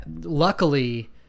luckily